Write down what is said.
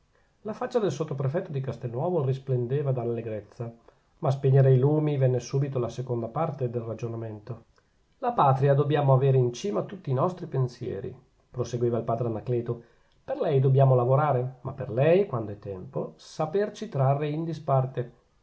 la faccia del sottoprefetto di castelnuovo risplendeva d'allegrezza ma a spegnere i lumi venne subito la seconda parte del ragionamento la patria dobbiamo avere in cima a tutti i nostri pensieri proseguiva il padre anacleto per lei dobbiamo lavorare ma per lei quando è tempo saperci trarre in disparte